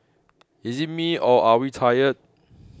is it me or are we tired